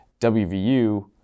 WVU